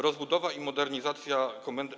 Rozbudowa i modernizacja komendy.